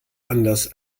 anders